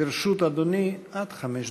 לרשות אדוני עד חמש דקות.